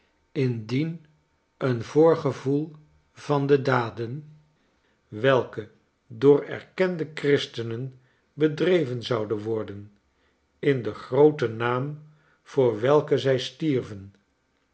indien een voorgevoel van de daden welke door erkende christenen bedreven zouden worden in den grooten naam voor welken zij stierven